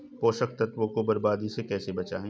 पोषक तत्वों को बर्बादी से कैसे बचाएं?